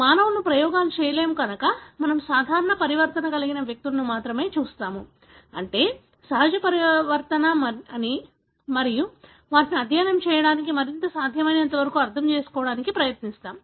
మానవులను ప్రయోగాలు చేయలేము కనుక మనం సాధారణ పరివర్తన కలిగిన వ్యక్తులను మాత్రమే చూస్తాము అంటే సహజ పరివర్తన అని అర్థం మరియు మనము వాటిని అధ్యయనం చేయడానికి మరియు సాధ్యమైనంత వరకు అర్థం చేసుకోవడానికి ప్రయత్నిస్తాము